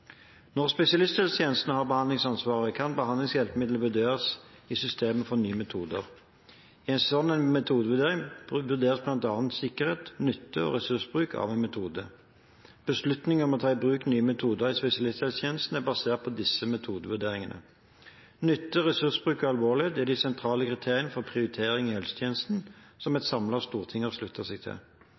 Når spesialisthelsetjenesten har behandlingsansvaret, kan behandlingshjelpemiddelet vurderes i systemet for nye metoder. I en slik metodevurdering vurderes blant annet sikkerhet, nytte og ressursbruk av en metode. Beslutninger om å ta i bruk nye metoder i spesialisthelsetjenesten er basert på disse metodevurderingene. Nytte, ressursbruk og alvorlighet er de sentrale kriteriene for prioritering i helsetjenesten, som et samlet storting har sluttet seg til.